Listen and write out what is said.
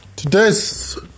Today's